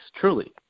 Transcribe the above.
truly